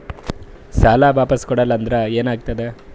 ಸಾಲ ವಾಪಸ್ ಕೊಡಲಿಲ್ಲ ಅಂದ್ರ ಏನ ಆಗ್ತದೆ?